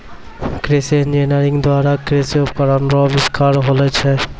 कृषि इंजीनियरिंग द्वारा कृषि उपकरण रो अविष्कार होलो छै